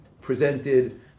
presented